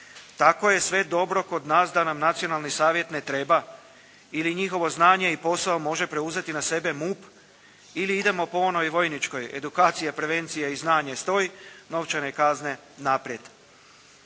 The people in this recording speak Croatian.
Tako je sve dobro kod nas da nam nacionalni savjet ne treba? Ili njihovo znanje i posao može preuzeti na sebe MUP? Ili idemo po onoj vojničkoj edukacija, prevencija i znanje stoji, novčane kazne naprijed.